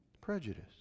prejudice